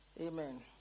amen